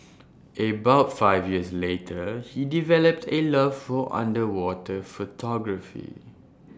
about five years later he developed A love for underwater photography